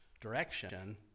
direction